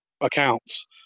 accounts